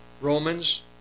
Romans